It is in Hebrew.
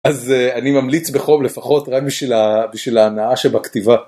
אז אני ממליץ בחום לפחות רק בשביל ההנאה שבכתיבה.